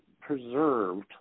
preserved